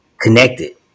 connected